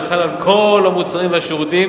וחל על כל המוצרים והשירותים